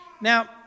Now